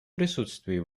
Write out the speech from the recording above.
присутствии